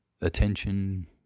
attention